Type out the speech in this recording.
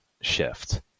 shift